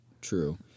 true